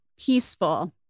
peaceful